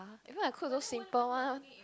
even I cook those simple one